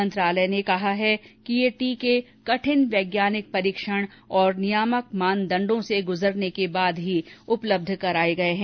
मंत्रालय ने कहा है कि ये टीके कठिन वैज्ञानिक परीक्षण और नियामक मानदण्डों से गुजरने के बाद ही उपलबध कराये गये हैं